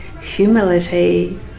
humility